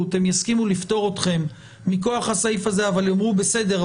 הם יסכימו לפטור אתכם מכוח הסעיף הזה אבל הם יאמרו: בסדר,